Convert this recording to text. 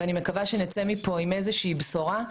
ואני מקווה שנצא מפה עם איזושהי בשורה.